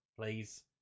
Please